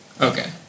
Okay